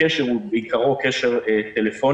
הקשר בעיקרו הוא קשר טלפוני,